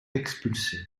expulsés